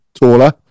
taller